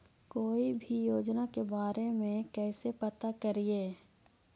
कोई भी योजना के बारे में कैसे पता करिए?